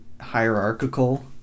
hierarchical